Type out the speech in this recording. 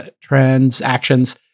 transactions